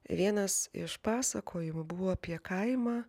vienas iš pasakojimų buvo apie kaimą